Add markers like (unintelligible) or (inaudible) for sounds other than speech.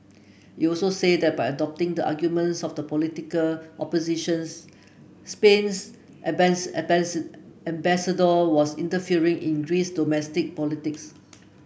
you also said that by adopting the arguments of the political oppositions Spain's (unintelligible) ambassador was interfering in Greece's domestic politics